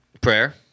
prayer